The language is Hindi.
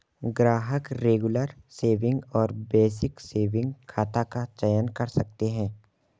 ग्राहक रेगुलर सेविंग और बेसिक सेविंग खाता का चयन कर सकते है